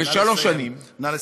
ושלוש שנים, נא לסיים.